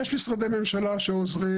יש משרדי ממשלה שעוזרים